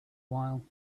while